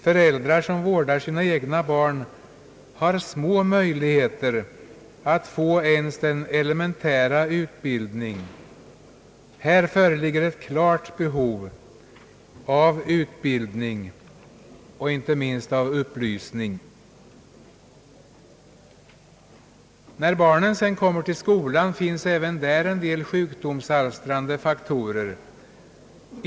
Föräldrar som vårdar sina egna barn har små möjligheter att få ens eiementär utbildning. Här föreligger ett klart behov av utbildning och inte minst av upplysning. När barnen sedan kommer till skolan möter de även där en del sjukdomsalstrande faktorer.